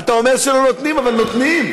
אתה אומר שלא נותנים, אבל נותנים.